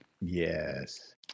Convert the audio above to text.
Yes